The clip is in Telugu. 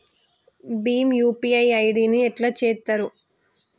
భీమ్ యూ.పీ.ఐ ఐ.డి ని ఎట్లా చేత్తరు?